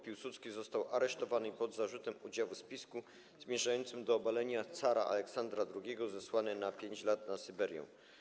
Piłsudski został aresztowany pod zarzutem udziału w spisku zmierzającym do obalenia cara Aleksandra II i zesłany na 5 lat na Syberię.